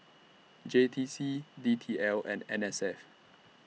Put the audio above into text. J T C D T L and N S F